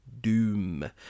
Doom